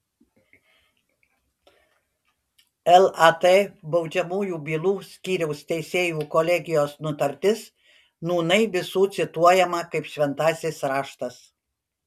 lat baudžiamųjų bylų skyriaus teisėjų kolegijos nutartis nūnai visų cituojama kaip šventasis raštas